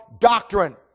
doctrine